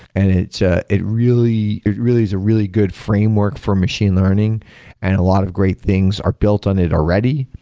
and ah it really it really is a really good framework for machine learning and a lot of great things are built on it already,